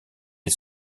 les